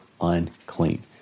unclean